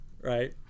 Right